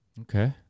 okay